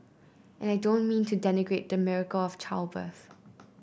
and I don't mean to denigrate the miracle of childbirth